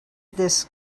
this